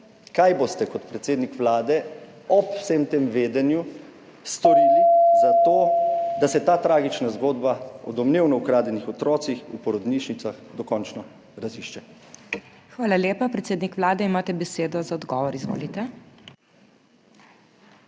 Kaj boste kot predsednik Vlade ob vsem tem vedenju storili za to, da se ta tragična zgodba o domnevno ukradenih otrocih v porodnišnicah dokončno razišče? **PODPREDSEDNICA MAG. MEIRA HOT:** Hvala lepa. Predsednik Vlade, imate besedo za odgovor, izvolite.